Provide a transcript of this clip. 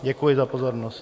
Děkuji za pozornost.